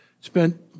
spent